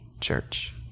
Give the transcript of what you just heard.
church